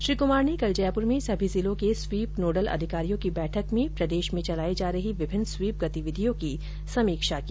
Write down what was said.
श्री कुमार ने कल जयपुर में सभी जिलों के स्वीप नोडल अधिकारियों की बैठक में प्रदेश में चलाई जा रही विभिन्न स्वीप गतिविधियों की समीक्षा की